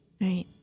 Right